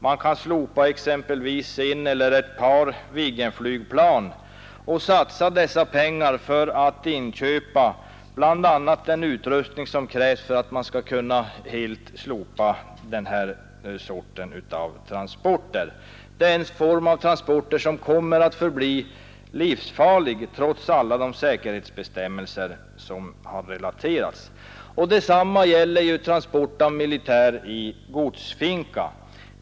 Man kan slopa exempelvis ett eller ett par Viggen-flygplan och satsa dessa pengar för att inköpa bl.a. den utrustning som krävs för att man helt skall kunna sluta med den här sortens transporter. Det är en form av transporter som kommer att förbli livsfarlig trots alla de säkerhetsbestämmelser som har relaterats. Detsamma gäller transport av militär i godsfinka.